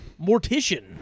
Mortician